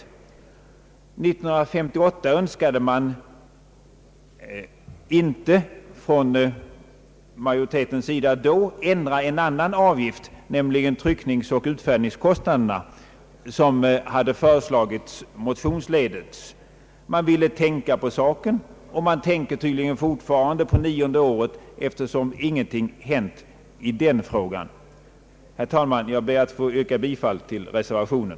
År 1958 ville inte majoriteten ändra en annan avgift, nämligen tryckningsoch utfärdningskostnaderna, vilket hade föreslagits i motion. Man ville tänka på saken — och man tänker tydligen fortfarande på nionde året, eftersom ingenting hänt i den frågan. Jag ber, herr talman, att få yrka bifall till reservationen.